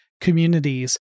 communities